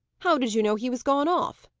how did you know he was gone off?